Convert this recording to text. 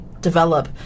develop